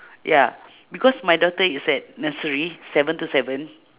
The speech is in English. ya because my daughter is at nursery seven to seven